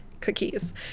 cookies